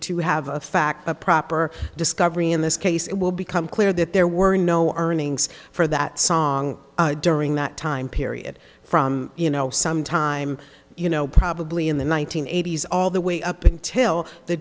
to have a fact a proper discovery in this case it will become clear that there were no earnings for that song during that time period from you know some time you know probably in the one nine hundred eighty s all the way up until the